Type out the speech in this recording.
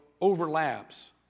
overlaps